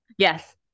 Yes